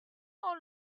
how